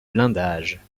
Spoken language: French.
blindage